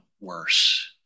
worse